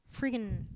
Freaking